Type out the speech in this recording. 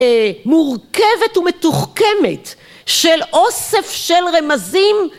מורכבת ומתוחכמת של אוסף של רמזים